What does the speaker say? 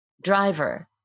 driver